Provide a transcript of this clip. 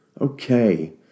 okay